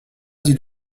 dit